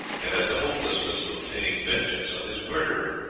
and at the hopelessness of obtaining vengeance on his murderer.